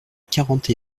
quarante